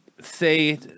say